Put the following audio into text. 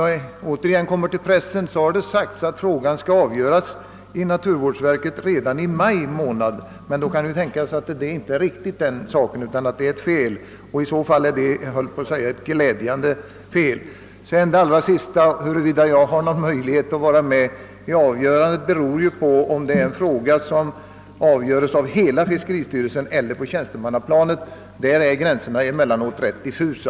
I pressen har uppgiften lämnats att frågan skall avgöras av naturvårdsverket redan i maj månad, men det kan ju tänkas att den uppgiften är felaktig och det vore i så fall glädjande. Huruvida jag har möjlighet att påverka behandlingen av frågan beror på om den skall avgöras av hela fiskeristyrelsen eller på tjänstemannaplanet — där är gränserna ibland ganska diffusa.